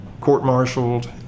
court-martialed